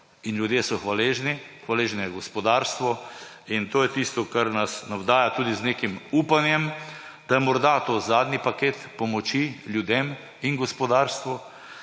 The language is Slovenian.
In ljudje so hvaležni, hvaležno je gospodarstvo. In to je tisto, kar nas navdaja tudi z nekim upanjem, da je morda to zadnji paket pomoči ljudem in gospodarstvu